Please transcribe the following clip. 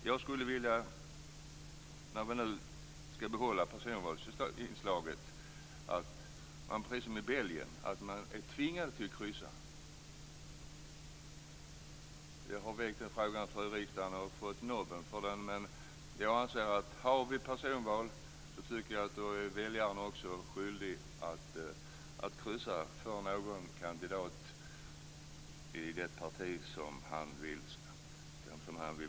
Jag skulle dock, när vi nu skall behålla personvalsinslaget, vilja att vi gör precis som i Belgien, där man är tvingad att kryssa. Jag har väckt den frågan förr i riksdagen och fått nobben. Jag anser att har vi personval så är väljaren också skyldig att kryssa för någon kandidat i det parti som han vill rösta på.